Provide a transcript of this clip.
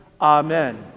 amen